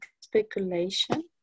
speculation